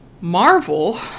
Marvel